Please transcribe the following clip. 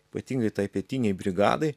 ypatingai tai pietinei brigadai